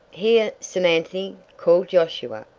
here, samanthy! called josiah,